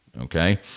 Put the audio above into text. okay